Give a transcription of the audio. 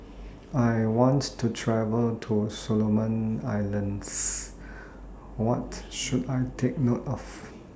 I want to travel to Solomon Islands What should I Take note of